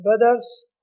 brothers